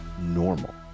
normal